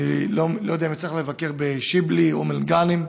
אני לא יודע אם יצא לך לבקר בשיבלי-אום אל-גנם,